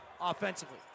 offensively